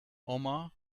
omar